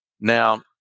Now